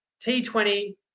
T20